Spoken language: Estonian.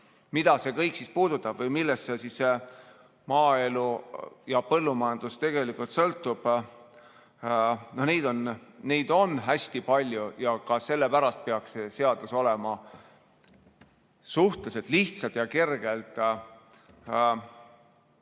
mida see kõik puudutab või millest maaelu ja põllumajandus tegelikult sõltub, on hästi palju ja ka sellepärast peaks see seadus olema suhteliselt lihtsalt ja kergelt